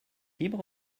libre